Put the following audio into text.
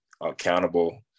accountable